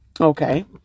Okay